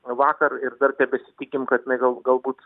vakar ir dar tebesitikim kad jinai gal galbūt